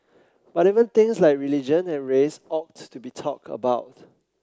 but even things like religion and race ought to be talked about